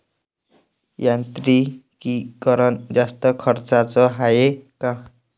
यांत्रिकीकरण जास्त खर्चाचं हाये का?